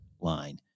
line